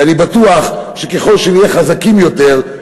ואני בטוח שככל שנהיה חזקים יותר,